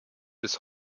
bis